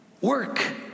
work